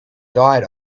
diet